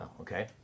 okay